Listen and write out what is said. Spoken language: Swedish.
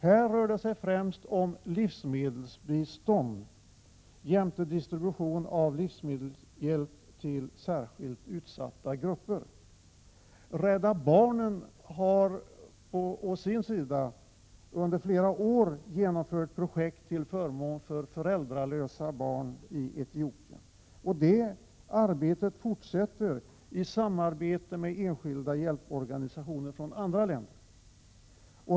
Här rör det sig främst om livsmedelsbistånd jämte distribution av livsmedelshjälp till särskilt utsatta grupper. Rädda barnen har under flera år genomfört projekt till förmån för föräldralösa barn i Etiopien. Detta arbete fortsätter i samarbete med enskilda hjälporganisationer från andra länder.